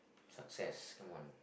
success come on